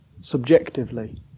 subjectively